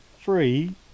three